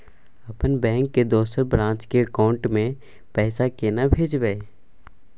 अपने बैंक के दोसर ब्रांच के अकाउंट म पैसा केना भेजबै?